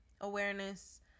awareness